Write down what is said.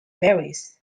berries